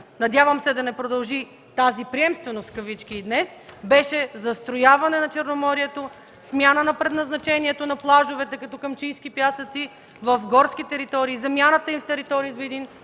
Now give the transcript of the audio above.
надявам се да не продължи тази „приемственост” и днес, беше застрояване на Черноморието, смяна на предназначението на плажовете като „Камчийски пясъци” в горски територии, замяната им с територии и